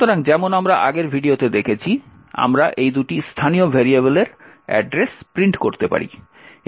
সুতরাং যেমন আমরা আগের ভিডিওতে দেখেছি আমরা এই দুটি স্থানীয় ভেরিয়েবলের ঠিকানা প্রিন্ট করতে পারি